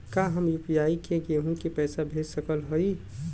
का हम यू.पी.आई से केहू के पैसा भेज सकत हई?